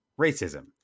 racism